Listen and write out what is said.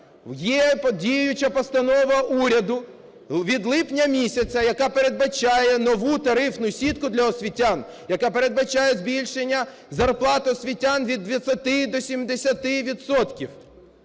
Є діюча постанова уряду від липня місяця, яка передбачає нову тарифну сітку для освітян, яка передбачає збільшення зарплат освітян від 20 до 70